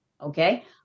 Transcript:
okay